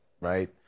right